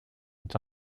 est